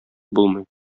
булмый